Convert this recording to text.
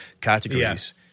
categories